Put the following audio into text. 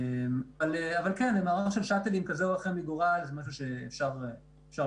אבל כן מערך של שאטלים כזה או אחר מגורל זה משהו שאפשר לבחון.